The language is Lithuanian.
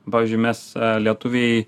pavyzdžiui mes lietuviai